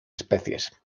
especies